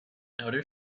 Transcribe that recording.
outer